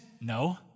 No